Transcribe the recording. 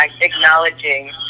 acknowledging